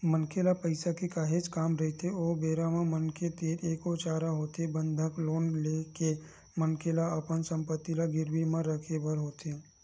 मनखे ल पइसा के काहेच काम रहिथे ओ बेरा म मनखे तीर एके चारा होथे बंधक लोन ले के मनखे ल अपन संपत्ति ल गिरवी म रखे बर होथे